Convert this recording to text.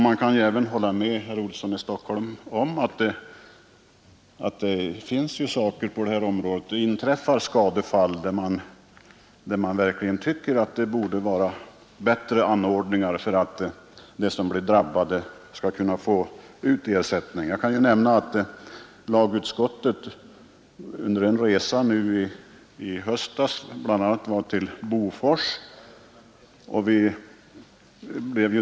Man kan även hålla med herr Olsson om att det inträffat skadefall, där man verkligen tycker att det borde finnas bättre anordningar, så att de drabbade kan få ut ersättning. Under en resa i höstas var lagutskottet bl.a. i Bofors.